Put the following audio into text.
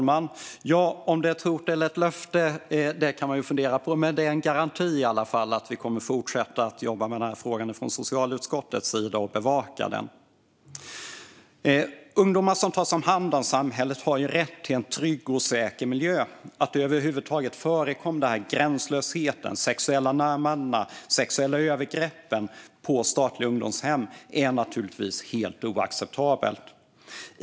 Herr talman! Om det är ett hot eller ett löfte kan man fundera på, men det är i alla fall en garanti för att socialutskottet kommer att fortsätta att bevaka denna fråga. Ungdomar som tas om hand av samhället har rätt till en trygg och säker miljö. Att det över huvud taget förekommer gränslöshet, sexuella närmanden och sexuella övergrepp på statliga ungdomshem är givetvis helt oacceptabelt.